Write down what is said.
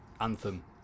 anthem